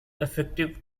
effective